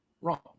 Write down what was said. wrong